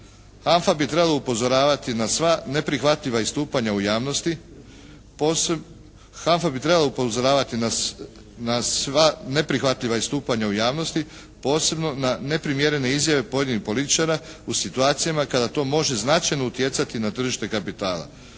HANFA bi trebala upozoravati na sva neprihvatljiva istupanja u javnosti posebno na neprimjerene izjave pojedinih političara u situacijama kada to može značajno utjecati na tržište kapitala.